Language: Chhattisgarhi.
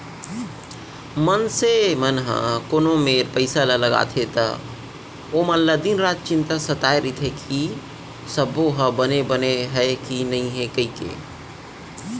मनसे मन ह कोनो मेर पइसा ल लगाथे त ओमन ल दिन रात चिंता सताय रइथे कि सबो ह बने बने हय कि नइए कइके